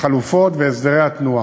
החלופות והסדרי התנועה.